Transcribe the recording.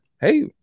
Hey